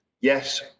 Yes